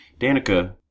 Danica